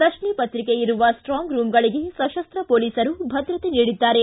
ಪ್ರಶ್ನೆ ಪತ್ರಿಕೆ ಇರುವ ಸ್ಟಾಂಗ್ ರೂಂಗಳಿಗೆ ಸಶಸ್ತ ಪೊಲೀಸರು ಭದ್ರತೆ ನೀಡಿದ್ದಾರೆ